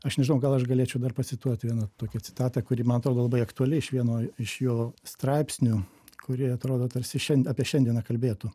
aš nežinau gal aš galėčiau dar pacituoti vieną tokią citatą kuri man atrodo labai aktuali iš vieno iš jo straipsnių kurie atrodo tarsi šiandien apie šiandieną kalbėtų